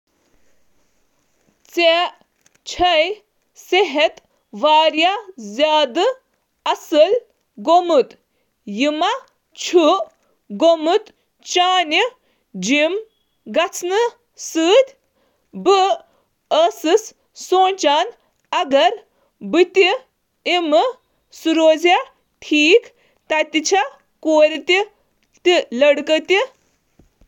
تۄہہِ چُھ آز اصل صحت۔ مےٚ چھُ باسان ژٕ چھُکھ جِم گژھان۔ مےٚ گوٚو خیال زِ بہٕ گَژھٕ جِم۔ کیٛاہ کورِ ہٮ۪کَا تَتہِ جِم کٔرِتھ۔